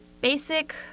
basic